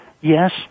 Yes